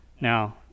now